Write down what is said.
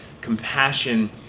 compassion